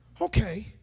okay